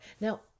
now